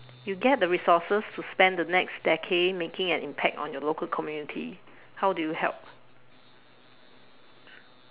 you get the resources to spend the next decade making an impact on your local community how do you help